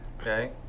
Okay